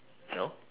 no